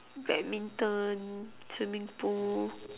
badminton swimming pool